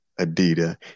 Adidas